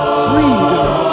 freedom